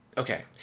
Okay